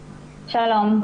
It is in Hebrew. שלום,